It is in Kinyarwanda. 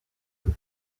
imwe